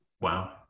Wow